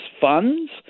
funds